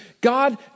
God